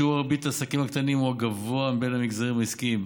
שיעור הריבית לעסקים הקטנים הוא הגבוה מבין המגזרים העסקיים,